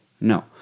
No